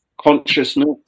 consciousness